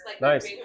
Nice